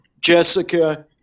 Jessica